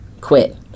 quit